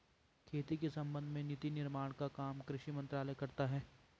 खेती के संबंध में नीति निर्माण का काम कृषि मंत्रालय करता है